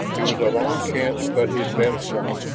it was a long chance but his best one.